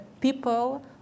people